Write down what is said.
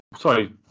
Sorry